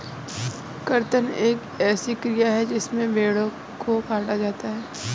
कर्तन एक ऐसी क्रिया है जिसमें भेड़ों को काटा जाता है